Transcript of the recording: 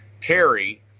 Terry